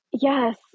Yes